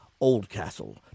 Oldcastle